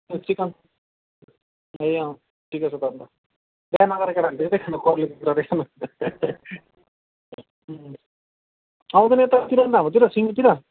ए chicken ए ठिकै छ त अन्त बिहा नगरेको केटाहरूले त यस्तै खानु कर लाग्दैछ नि आउँदैनौ यतातिर अनि हाम्रोतिर सिन्जीतिर